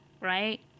right